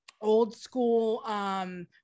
old-school